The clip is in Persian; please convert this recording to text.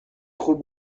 خوب